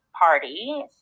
party